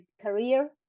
career